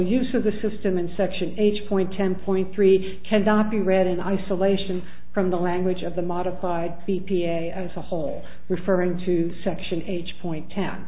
use of the system and such an age point ten point three cannot be read in isolation from the language of the modified b p a as a whole referring to section h point town